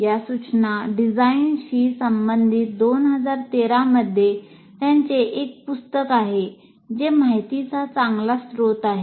या सूचना डिझाइनशी संबंधित 2013 मध्ये त्यांचे एक पुस्तक आहे जे माहितीचा चांगला स्रोत आहे